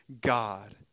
God